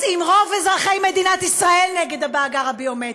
אז אם רוב אזרחי ישראל נגד המאגר הביומטרי,